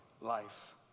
life